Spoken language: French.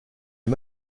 les